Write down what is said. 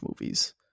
movies